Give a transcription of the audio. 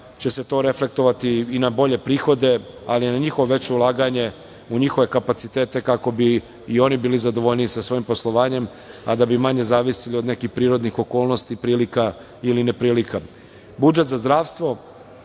će se to reflektovati i na bolje prihode, ali i na njihove veće ulaganje u njihove kapacitete, kako bi i oni bili zadovoljniji sa svojim poslovanjem, a da bi manje zavisili od nekih prirodnih okolnosti, prilika ili neprilika. Budžet za zdravstvo